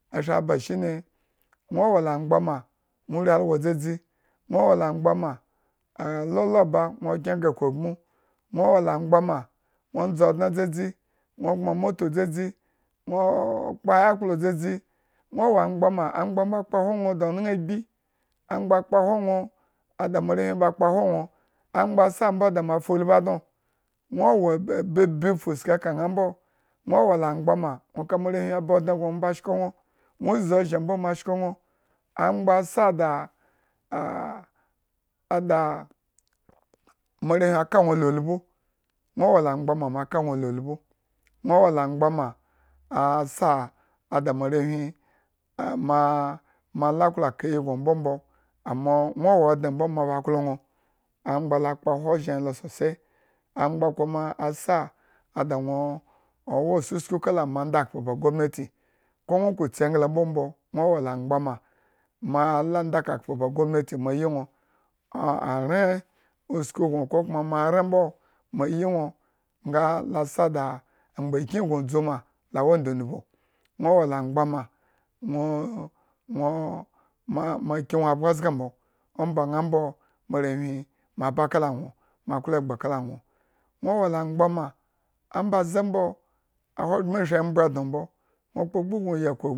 Ba shine nwo la angbama, nwo ri algo dzadzi. nwo wola angbama lolo ba nwo kyregre akuugmu, nwo wo la angbama nwo ndzi odne dzadzi nwo gbmo moto dzadzi nwo o kpo yakpla dzadzi, nwo wo angba ma mbo kpohwo nwo daoñan agbi, angba kpohwo nwoada moarewhi akpohwo nwo, angba sa mbo da moarewhi fulbidi dnonwo babi afuska ka ñaa mbo, nwo wo angbama nwo ka moarewhi aba odne gno aba shko nwo nwo zi ozhen mbo mo shko nwo. angba sa da a a ada moarewhi aka nwo la ulbu, nwo wola angba ma asa da moarewhi maa mola klo ka iyi gno mbombo, amo, nwo wo odne mbombo mo ba klo nwo, angban. lo kpohwo ozhen he lo sosai angba kama asa da nwo wo asusku kala moandakhpo ba gomnati ko nwo ko tsi engla mbombo, nwo wo la angba ma laa ndakakpo ba gomnati ayi nwo, ah a aren usku gnokokuma moaren mbo, mo yi nwo nga la sa da nmgbikin gno dzuma la wo ndundmu, nwowo la angbanma, nwo nwo mamaki nwo abgo zga mbo. omba ñaambo moarewhi mo aba kala nwo, mo wo egba kala nwo, nwo wo la angbanma ombaze mbo ahogbren ashri angbadno mbo nwo kpogbu gno yi akuugmu